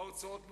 ההוצאות מוכרות,